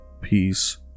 peace